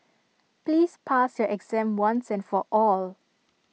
please pass your exam once and for all